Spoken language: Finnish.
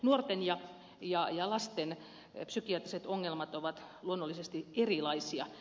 nuorten ja lasten psykiatriset ongelmat ovat luonnollisesti erilaisia